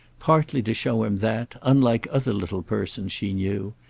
partly to show him that, unlike other little persons she knew,